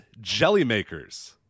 Jellymakers